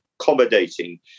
accommodating